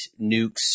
nukes